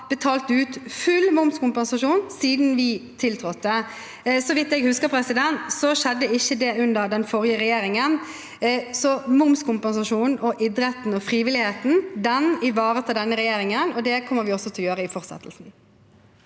som har betalt ut full momskompensasjon siden vi tiltrådte. Så vidt jeg husker, skjedde ikke det under den forrige regjeringen. Momskompensasjonen og idretten og frivilligheten – det ivaretar denne regjeringen, og det kommer vi også til å gjøre i fortsettelsen.